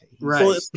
right